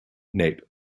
nape